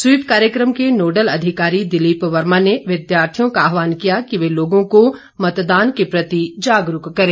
SVEEP कार्यक्रम के nodal अधिकारी दिलीप वर्मा ने विद्यार्थियों का आइवान किया कि वे लोगों को मतदान के प्रति जागरूक करें